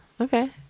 Okay